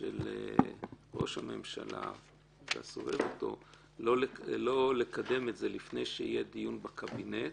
של ראש הממשלה --- לא לקדם את זה לפני שיהיה דיון בקבינט,